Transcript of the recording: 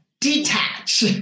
detach